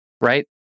Right